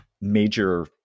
major